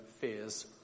fears